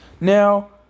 Now